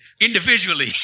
individually